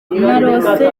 narose